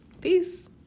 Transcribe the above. Peace